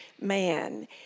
man